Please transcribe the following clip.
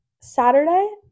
Saturday